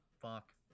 Fuck